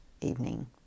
evening